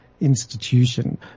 institution